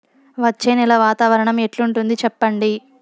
వచ్చే నెల వాతావరణం ఎట్లుంటుంది చెప్పండి?